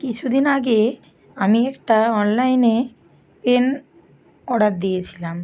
কিছু দিন আগে আমি একটা অনলাইনে পেন অর্ডার দিয়েছিলাম